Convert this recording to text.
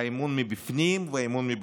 אמון מבפנים ואמון מבחוץ.